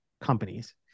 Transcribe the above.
companies